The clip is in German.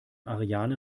ariane